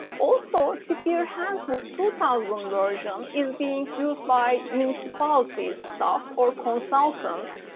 also sphere handbook two thousand version is being used by municipality staff or consultant.